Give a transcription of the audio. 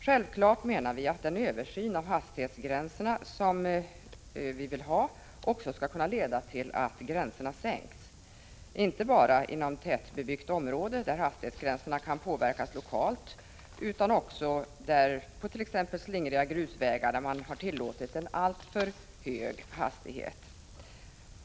Självfallet menar vi att en översyn av hastighetsgränserna, som vi alltså vill ha, också skall kunna leda till att gränserna sänks, inte bara inom tätbebyggda områden där hastighetsgränserna kan påverkas lokalt utan också inom områden där, t.ex. på slingriga grusvägar, man tillåter en alltför hög hastighet.